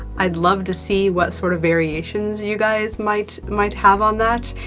i'd love to see what sort of variations you guys might might have on that,